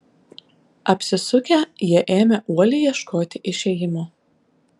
apsisukę jie ėmė uoliai ieškoti išėjimo